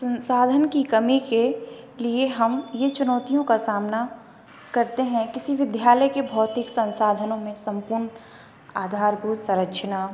संसाधन की कमी के लिए हम यह चुनौतियों का सामना करते हैं किसी विद्यालय के भौतीक संसाधनों में संपूर्ण आधारभूत संरचना